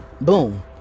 boom